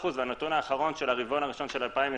והנתון האחרון של הרבעון הראשון של 2020,